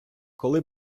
коли